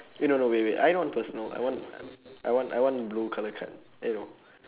eh no no wait wait I don't want personal I want I want I want blue colour card eh no